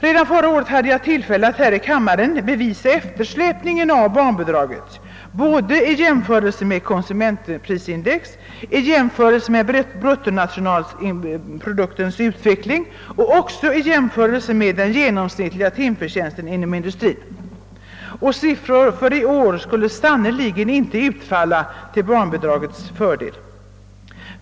Redan förra året hade jag tillfälle att här i kammaren bevisa eftersläpningen av barnbidragen i jämförelse med både konsumentprisindex och bruttonationalproduktens utveckling och även i jämförelse med den genomsnittliga timförtjänsten inom industrin. Och årets siffror skulle verkligen inte utfalla till barnbidragens fördel.